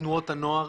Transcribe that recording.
בתנועות הנוער